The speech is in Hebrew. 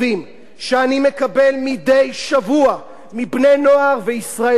מדי שבוע מבני-נוער וישראלים מכל המגזרים,